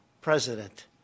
president